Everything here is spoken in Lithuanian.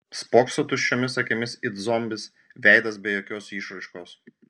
spokso tuščiomis akimis it zombis veidas be jokios išraiškos